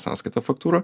sąskaitą faktūrą